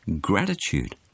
Gratitude